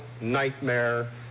nightmare